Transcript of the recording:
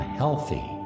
healthy